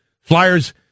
Flyers